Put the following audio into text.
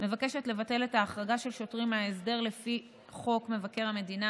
מבקשת לבטל את ההחרגה של שוטרים מההסדר לפי חוק מבקר המדינה